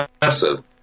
massive